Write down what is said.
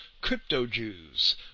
crypto-Jews